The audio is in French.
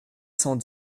cent